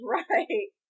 right